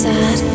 Sad